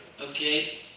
okay